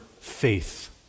faith